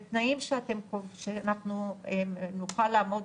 בתנאים שאנחנו נעמוד